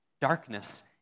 Darkness